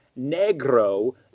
negro